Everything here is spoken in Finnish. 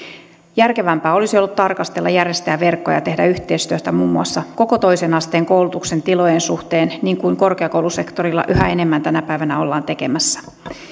järkevämpää olisi ollut tarkastella järjestäjäverkkoja ja tehdä yhteistyötä muun muassa koko toisen asteen koulutuksen tilojen suhteen niin kuin korkeakoulusektorilla yhä enemmän tänä päivänä ollaan tekemässä